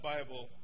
Bible